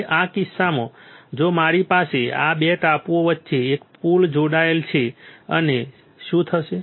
હવે આ કિસ્સામાં જો મારી પાસે આ 2 ટાપુઓ વચ્ચે એક પુલ જોડાયેલ છે અને શું થશે